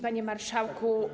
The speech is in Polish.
Panie Marszałku!